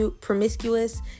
promiscuous